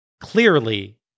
clearly